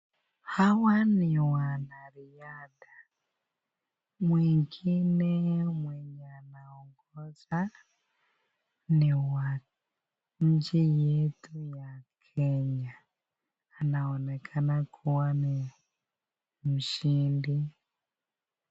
Hawa ni wanariadha, mwengine mwenye anaongeza ni wa nchi yetu ya kenya, anaonekana kuwa ni mshindi.